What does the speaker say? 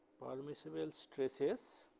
permisible stresses